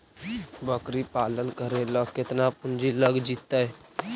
बकरी पालन करे ल केतना पुंजी लग जितै?